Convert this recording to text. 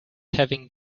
having